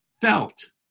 felt